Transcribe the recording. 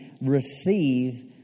receive